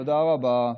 תודה רבה.